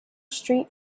street